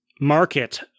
market